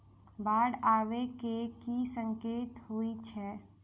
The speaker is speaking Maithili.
बाढ़ आबै केँ की संकेत होइ छै?